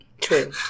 True